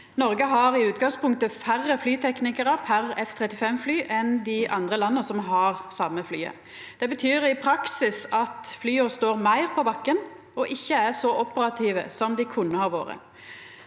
Noreg har i utgangspunktet færre flyteknikarar per F35-fly enn dei andre landa som har det same flyet. Det betyr i praksis at flya står meir på bakken og ikkje er så operative som dei kunne ha vore.